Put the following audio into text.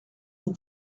vous